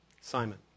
Simon